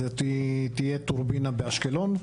זאת תהיה טורבינה באשקלון.